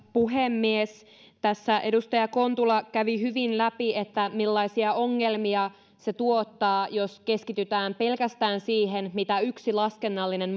puhemies tässä edustaja kontula kävi hyvin läpi millaisia ongelmia se tuottaa jos keskitytään pelkästään siihen mitä yksi laskennallinen